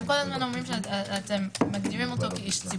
לא קיסריה ורעננה סיכמנו את העניין.